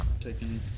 taking